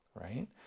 right